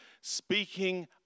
speaking